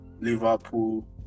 Liverpool